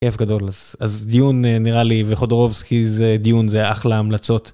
כיף גדול. אז דיון נראה לי וחודרובסקי זה דיון זה אחלה המלצות.